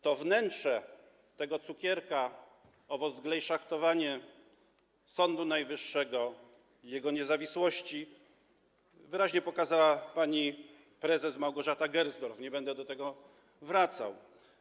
To wnętrze tego cukierka, owo zglajszachtowanie Sądu Najwyższego, jego niezawisłości wyraźnie pokazała pani prezes Małgorzata Gersdorf i nie będę do tego wracał.